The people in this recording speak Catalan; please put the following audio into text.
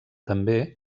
també